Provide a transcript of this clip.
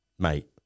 Mate